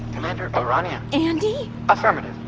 commander o'rania? andi? affirmative.